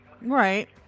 Right